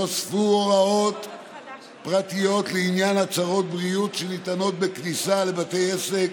נוספו הוראות פרטיות לעניין הצהרת בריאות שניתנות בכניסה לבתי עסק,